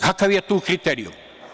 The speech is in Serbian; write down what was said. Kakav je tu kriterijum?